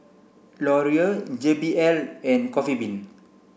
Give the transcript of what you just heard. Laurier J B L and Coffee Bean